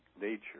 nature